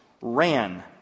ran